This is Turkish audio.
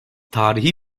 tarihi